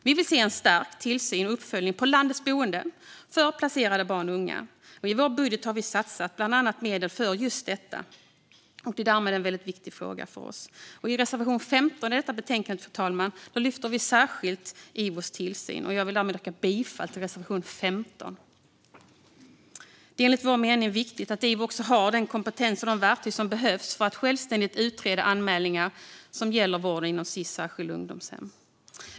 Vi vill se en stärkt tillsyn och uppföljning på landets boenden för placerade barn och unga. I vår budget har vi bland annat satsat medel för just detta, eftersom det är en väldigt viktig fråga för oss. I reservation 15, som jag härmed yrkar bifall till, lyfter vi särskilt Ivos tillsyn. Det är enligt vår mening viktigt att Ivo har den kompetens och de verktyg som behövs för att självständigt utreda anmälningar som gäller vården inom Sis särskilda ungdomshem.